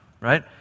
right